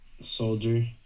Soldier